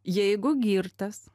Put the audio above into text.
jeigu girtas